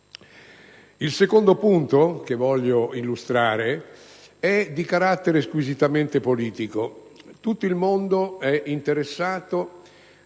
Il secondo punto che voglio illustrare è di carattere squisitamente politico. Tutto il mondo è interessato